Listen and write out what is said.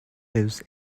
lives